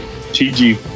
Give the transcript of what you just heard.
TG